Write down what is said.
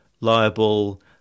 liable